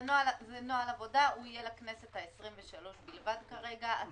זה נוהל עבודה, שיהיה לכנסת ה-23 בלבד כרגע.